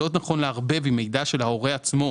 לא נכון לערבב מידע של ההורה עצמו,